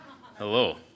hello